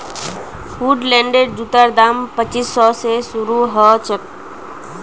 वुडलैंडेर जूतार दाम पच्चीस सौ स शुरू ह छेक